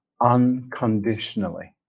unconditionally